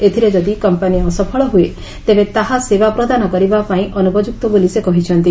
ଏଥିରେ ଯଦି କମ୍ପାନୀ ଅସଫଳ ହୁଏ ତେବେ ତାହା ସେବା ପ୍ରଦାନ କରିବାପାଇଁ ଅନୁପଯୁକ୍ତ ବୋଲି ସେ କହିଛନ୍ତି